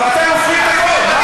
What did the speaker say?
אבל אתם הורסים את הכול.